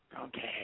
Okay